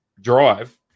drive